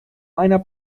einer